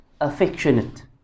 affectionate